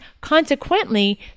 consequently